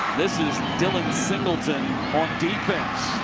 this is dylan singleton on defense.